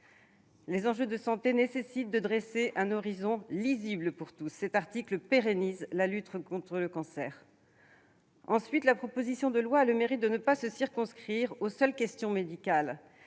Les enjeux de santé nécessitent de dresser un horizon lisible pour tous. Cet article pérennise la lutte contre le cancer. Ensuite, la proposition de loi a le mérite de ne pas rester circonscrite aux seules questions médicales.